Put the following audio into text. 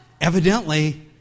Evidently